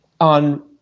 on